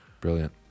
Brilliant